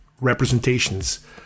representations